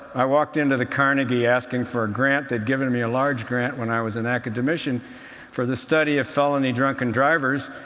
i walked into the carnegie asking for a grant. they'd given me a large grant when i was an academician for the study of felony drunken drivers,